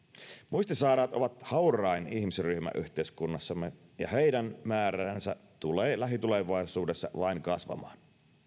muistisairaat ovat haurain ihmisryhmä yhteiskunnassamme ja heidän määränsä tulee lähitulevaisuudessa vain kasvamaan